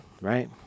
right